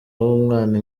w’umwana